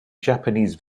japanese